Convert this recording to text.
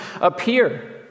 appear